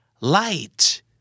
light